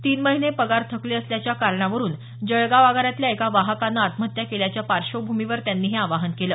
तीन महिने पगार थकले असल्याच्या कारणावरून जळगाव आगारातल्या एका वाहकानं आत्महत्या केल्याच्या पार्श्वभूमीवर त्यांनी हे आवाहन केलं